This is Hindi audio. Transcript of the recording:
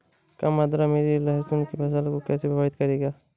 कम आर्द्रता मेरी लहसुन की फसल को कैसे प्रभावित करेगा?